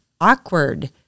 Awkward